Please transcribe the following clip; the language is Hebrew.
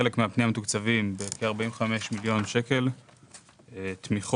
כחלק מהפנייה מתוקצבים כ-45 מיליון שקלים תמיכות